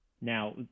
Now